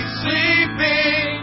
sleeping